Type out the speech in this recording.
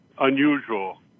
unusual